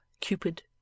Cupid